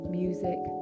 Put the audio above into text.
music